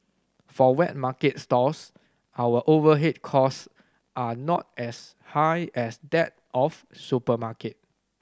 for wet market stalls our overhead cost are not as high as that of supermarket